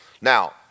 Now